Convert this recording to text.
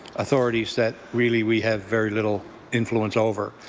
authorities that, really, we have very little influence over.